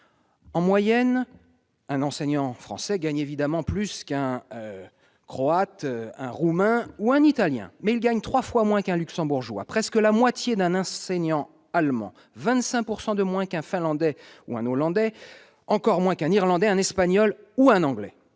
En moyenne, un enseignant français gagne évidemment plus qu'un Croate, un Roumain ou un Italien, mais il perçoit trois fois moins qu'un Luxembourgeois, presque moitié moins qu'un Allemand, 25 % de moins qu'un Finlandais ou un Hollandais, encore moins qu'un Irlandais, un Espagnol ou un